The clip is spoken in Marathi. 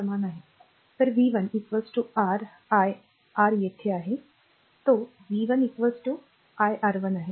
समान आहे तर v 1 r i r येथे आहे तो v 1 iR1 आहे